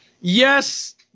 Yes